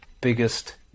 biggest